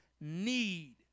need